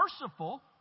merciful